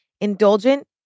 Indulgent